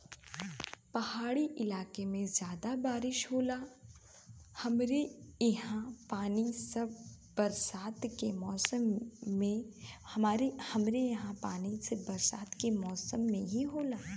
पहाड़ी इलाके में जादा बारिस होला हमरे ईहा पानी बस बरसात के मौसम में ही होखेला